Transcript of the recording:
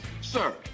sir